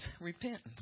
Repentance